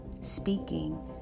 Speaking